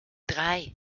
drei